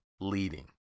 leading